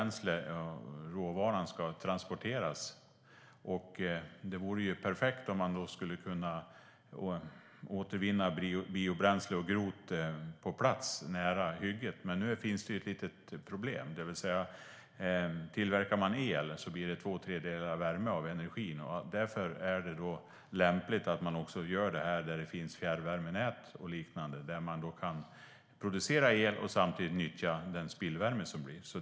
Men råvaran måste transporteras. Det vore perfekt att återvinna biobränsle och grot på plats nära hygget. Men det finns ett problem. Tillverkar man el blir två tredjedelar av energin värme, och därför är det lämpligt att det görs där det finns fjärrvärmenät och liknande. Då kan man producera el och samtidigt nyttja den spillvärme som blir.